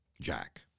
Jack